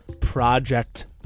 Project